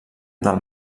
del